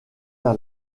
vers